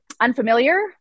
unfamiliar